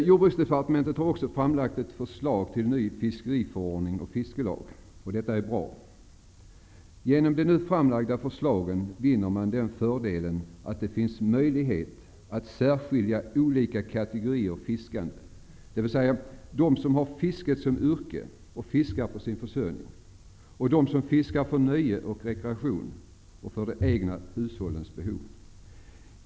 Jordbruksdepartementet har också framlagt ett förslag till ny fiskeriförordning och fiskelag. Detta är bra. Genom de nu framlagda förslagen vinner man fördelen att det finns möjlighet att särskilja olika kategorier fiskande: de som har fisket till yrke och fiskar för sin försörjning, och de som fiskar för nöje och rekreation och för de egna hushållens behov.